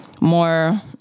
more